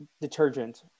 detergent